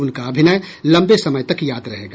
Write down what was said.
उनका अभिनय लम्बे समय तक याद रहेगा